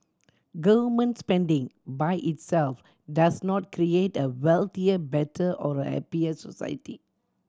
government spending by itself does not create a wealthier better or a happier society